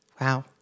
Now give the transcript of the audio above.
Wow